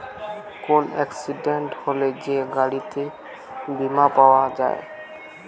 কোন এক্সিডেন্ট হলে যে গাড়িতে বীমা পাওয়া যায়